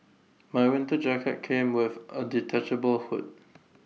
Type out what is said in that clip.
my winter jacket came with A detachable hood